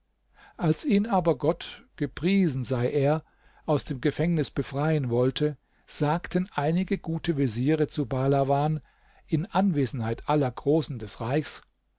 als ihn aber gott gepriesen sei er aus dem gefängnis befreien wollte sagten einige gute veziere zu bahlawan in anwesenheit aller großen des reichs